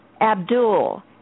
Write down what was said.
Abdul